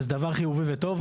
וזה דבר חיובי וטוב.